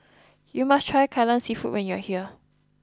you must try Kai Lan Seafood when you are here